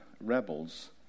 rebels